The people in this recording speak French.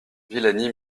villani